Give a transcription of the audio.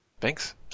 Thanks